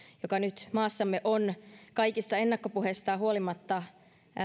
joka nyt maassamme on kaikista ennakkopuheistaan huolimatta